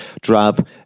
drab